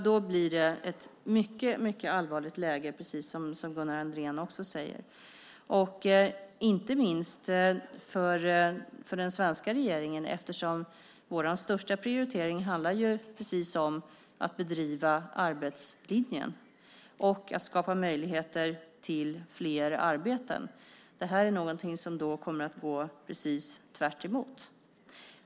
Då blir det ett mycket allvarligt läge, precis som Gunnar Andrén säger, inte minst för den svenska regeringen eftersom vår största prioritering handlar om att driva arbetslinjen och att skapa möjligheter till fler arbeten. Detta är något som kommer att gå tvärtemot det.